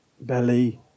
belly